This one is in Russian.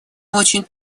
очень